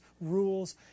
rules